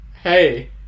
Hey